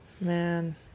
Man